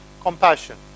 compassion